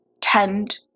tend